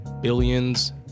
Billions